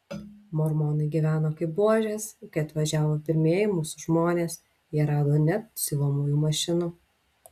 mormonai gyveno kaip buožės kai atvažiavo pirmieji mūsų žmonės jie rado net siuvamųjų mašinų